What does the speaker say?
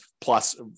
plus